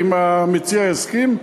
אם המציע יסכים?